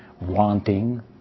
wanting